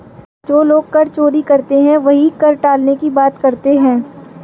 जो लोग कर चोरी करते हैं वही कर टालने की बात करते हैं